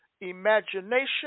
imagination